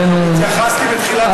לצערנו, התייחסתי בתחילת דבריי.